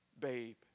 babe